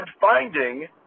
finding